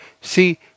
See